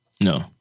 No